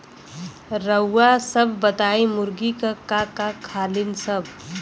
रउआ सभ बताई मुर्गी का का खालीन सब?